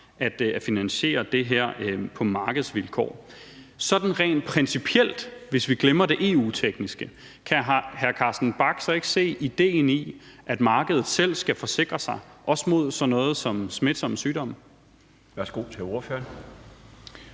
at finansiere det her på markedsvilkår. Sådan rent principielt, hvis vi glemmer det EU-tekniske, kan hr. Carsten Bach så ikke se idéen i, at markedet selv skal forsikre sig, også mod sådan noget som smitsomme sygdomme?